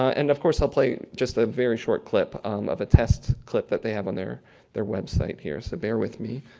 and of course i'll play just a very short clip um of a test clip that they have on their their website here, so bear with me.